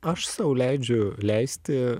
aš sau leidžiu leisti